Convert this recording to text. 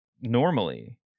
normally